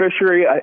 fishery